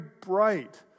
bright